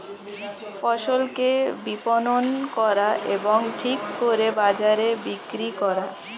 ফসলকে বিপণন করা এবং ঠিক দরে বাজারে বিক্রি করা